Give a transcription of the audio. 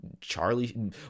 Charlie